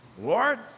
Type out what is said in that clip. Lord